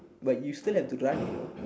but you still have to run you know